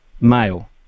Male